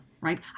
Right